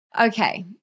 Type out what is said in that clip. Okay